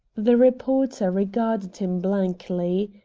the reporter regarded him blankly.